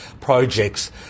projects